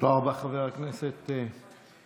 תודה רבה, חבר הכנסת מרגי.